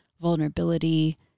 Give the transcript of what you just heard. vulnerability